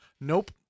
Nope